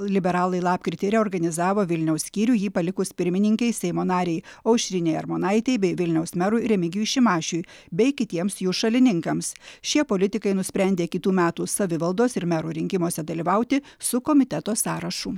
liberalai lapkritį reorganizavo vilniaus skyrių jį palikus pirmininkei seimo narei aušrinei armonaitei bei vilniaus merui remigijui šimašiui bei kitiems jų šalininkams šie politikai nusprendė kitų metų savivaldos ir merų rinkimuose dalyvauti su komiteto sąrašu